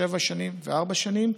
שבע שנים וארבע שנים,